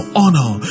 honor